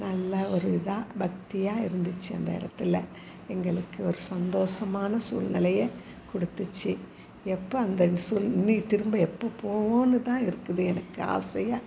நல்லா ஒரு இதாக பக்தியாக இருந்துச்சு அந்த இடத்துல எங்களுக்கு ஒரு சந்தோசமான சூல்நிலைய கொடுத்துச்சி எப்போ அந்த சூல்நி திரும்ப எப்போ போவோம்னு தான் இருக்குது எனக்கு ஆசையாக